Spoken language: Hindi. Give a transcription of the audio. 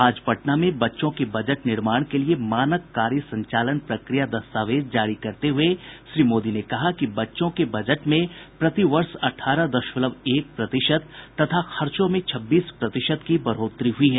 आज पटना में बच्चों के बजट निर्माण के लिये मानक कार्य संचालन प्रक्रिया दस्तावेज जारी करते हुए श्री मोदी ने कहा कि बच्चों के बजट में प्रति वर्ष अठारह दशमलव एक प्रतिशत तथा खर्चों में छब्बीस प्रतिशत की बढ़ोतरी हुई है